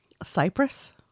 Cyprus